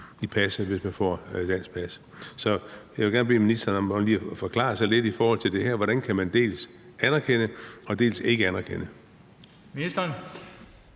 i passet, hvis man får et dansk pas. Så jeg vil gerne bede ministeren om lige at forklare sig lidt i forhold til det her med, hvordan man dels kan anerkende det, dels ikkeanerkende det.